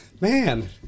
Man